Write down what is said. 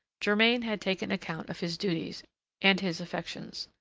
germain had taken account of his duties and his affections.